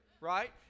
right